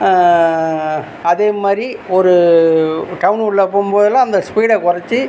அதேமாதிரி ஒரு டவுன் உள்ளே போகும் போதெல்லாம் அந்த ஸ்பீடை குறச்சி